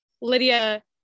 Lydia